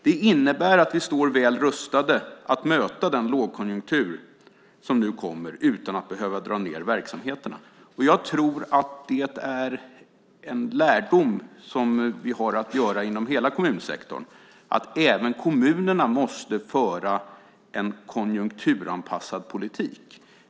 Det innebär att vi står väl rustade att möta den lågkonjunktur som nu kommer, utan att behöva dra ned på verksamheterna. Jag tror att en lärdom som vi har att göra inom hela kommunsektorn är att även kommunerna måste föra en konjunkturanpassad politik.